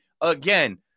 again